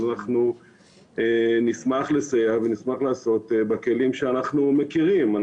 אנחנו נשמח לסייע ונשמח לעשות בכלים שאנחנו מכירים.